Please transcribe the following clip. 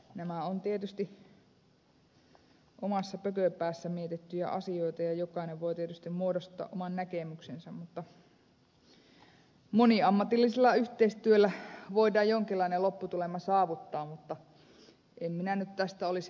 nämä ovat tietysti omassa pököpäässä mietittyjä asioita ja jokainen voi tietysti muodostaa oman näkemyksensä mutta moniammatillisella yhteistyöllä voidaan jonkinlainen lopputulema saavuttaa mutta en minä nyt tästä vielä olisi miljardisäästöjä rakentamassa